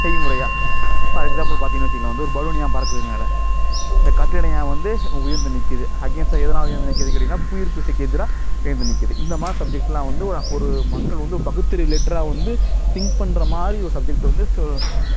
செய்முறையாக இப்போ அதுக்கு எக்ஸாம்பில் பார்த்தீங்கன்னா வெச்சுங்களேன் வந்து ஒரு பலூன் ஏன் பறக்குது மேலே இந்த கட்டிடம் ஏன் வந்து உயர்ந்து நிற்கிது அகைன்ஸ்டாக எதனால் உயர்ந்து நிற்கிதுன் கேட்டிங்கன்னால் புவிஈர்ப்பு விசைக்கு எதிராக உயர்ந்து நிற்கிது இந்த மாதிரி சப்ஜெக்டெலாம் வந்து ஓ ஒரு மக்கள் வந்து ஒரு பகுத்தறிவு லேட்ராக வந்து திங்க் பண்ணுற மாதிரி ஒரு சப்ஜெக்ட் வந்து சொ